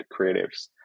creatives